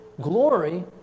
glory